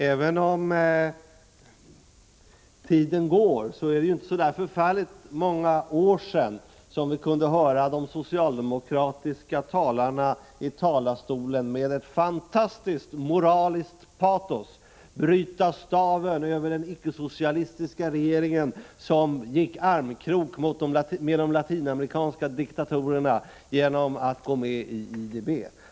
Även om tiden går, är det ju inte så förfärligt många år sedan vi kunde höra socialdemokratiska talare i denna talarstol med fantastiskt moraliskt patos bryta staven över den icke-socialistiska regeringen, som gick armkrok med de latinamerikanska diktatorerna genom att gå med i IDB.